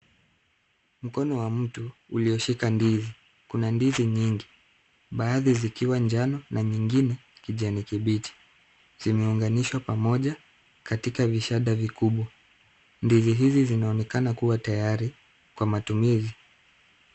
Mkono wa mtu ulioshika ndizi. Kuna ndizi nyingi baadhi zikiwa njano na nyingine kijani kibichi. Zimeunganishwa pamoja katika vishada vikubwa. Ndizi hizi zinaonekana kuwa tayari kwa matumizi.